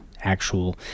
actual